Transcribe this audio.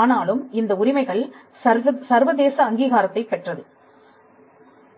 ஆனாலும் இந்த உரிமைகள் சர்வதேச அங்கீகாரத்தைப் பெற்றது